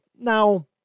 Now